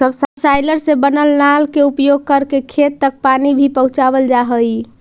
subsoiler से बनल नाल के उपयोग करके खेत तक पानी भी पहुँचावल जा हई